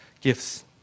gifts